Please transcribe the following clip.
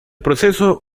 proceso